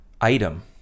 item